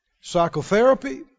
psychotherapy